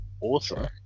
awesome